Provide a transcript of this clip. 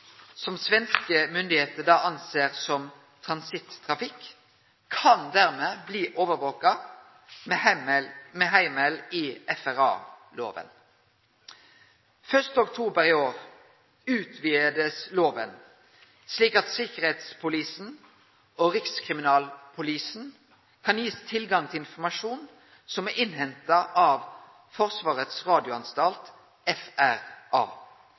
som svenske myndigheiter ser på som transittrafikk, kan dermed bli overvakt med heimel i FRA-lova. 1. oktober i år blir lova utvida, slik at Säkerhetspolisen og Rikskriminalpolisen kan bli gitt tilgang til informasjon som er innhenta av Försvarets radioanstalt, FRA.